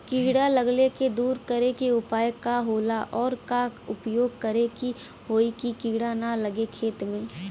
कीड़ा लगले के दूर करे के उपाय का होला और और का उपाय करें कि होयी की कीड़ा न लगे खेत मे?